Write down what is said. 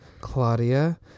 claudia